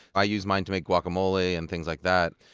i use mine to make guacamole and things like that,